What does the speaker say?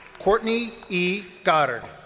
courtney e. goddard.